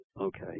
okay